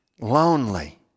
Lonely